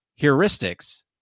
heuristics